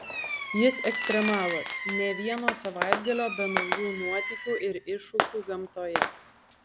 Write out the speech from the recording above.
jis ekstremalas nė vieno savaitgalio be naujų nuotykių ir iššūkių gamtoje